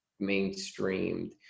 mainstreamed